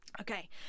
okay